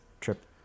trip